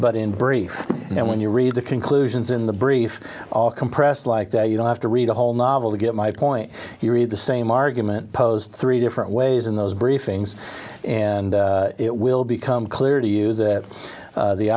but in brief and when you read the conclusions in the brief all compressed like that you don't have to read a whole novel to get my point you read the same argument posed three different ways in those briefings and it will become clear to you that